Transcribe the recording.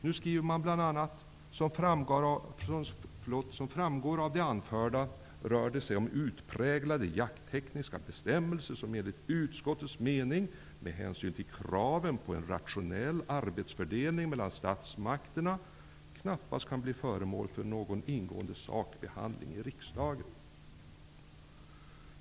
Nu skriver man bl.a.: ''Som framgår av det anförda rör det sig om utpräglade jakttekniska detaljbestämmelser som enligt utskottets mening, med hänsyn till kraven på en rationell arbetsfördelning mellan statsmakterna, knappast kan bli föremål för någon ingående sakbehandling i riksdagen.''